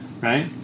right